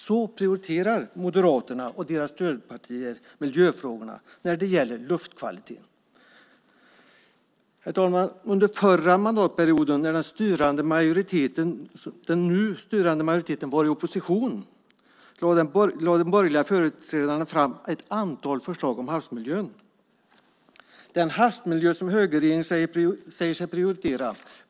Så prioriterar Moderaterna och deras stödpartier miljöfrågorna när det gäller luftkvaliteten. Herr talman! Under den förra mandatperioden när den nu styrande majoriteten var i opposition lade de borgerliga företrädarna fram ett antal förslag om havsmiljön - den havsmiljö som högerregeringen säger sig prioritera.